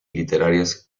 literarias